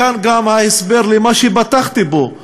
מכאן גם ההסבר למה שפתחתי בו,